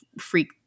freak